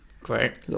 Great